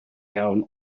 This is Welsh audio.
iawn